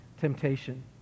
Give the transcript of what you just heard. temptation